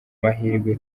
mahirwe